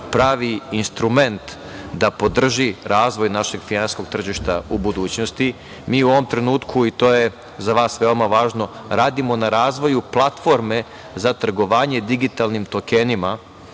pravi instrument, da podrži razvoj našeg finansijskog tržišta u budućnosti. Mi u ovom trenutku i to je veoma važno, radimo na razvoju platforme za trgovanje digitalnim tokenima,